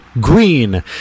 Green